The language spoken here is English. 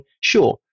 Sure